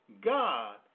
God